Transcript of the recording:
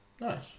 Nice